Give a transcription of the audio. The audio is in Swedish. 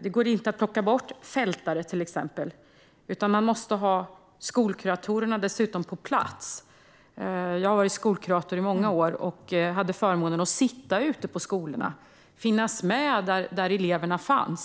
Det går inte att plocka bort till exempel fältare. Man måste dessutom ha skolkuratorerna på plats. Jag var skolkurator i många år och hade förmånen att sitta ute på skolorna och finnas med där eleverna var.